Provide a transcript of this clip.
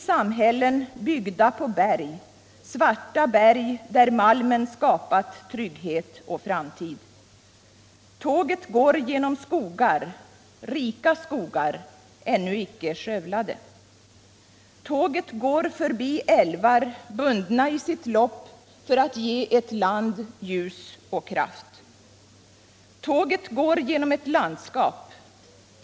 svarta berg där malmen skapat trygghet och framtid. Tåget går rika skogar ännu icke skövlade. Tåget går för att ge ett land ljus och kraft.